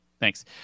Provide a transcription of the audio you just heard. Thanks